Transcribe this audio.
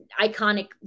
iconic